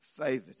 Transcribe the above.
favored